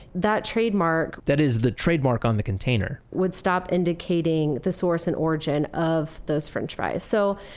that trademark that is the trademark on the container would stop indicating the source and origin of those french fries. so,